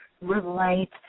relate